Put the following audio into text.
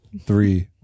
Three